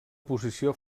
posició